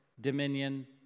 dominion